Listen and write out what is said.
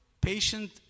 patient